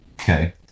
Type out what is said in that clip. Okay